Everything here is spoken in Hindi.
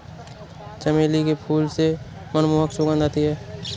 चमेली के फूल से मनमोहक सुगंध आती है